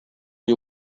you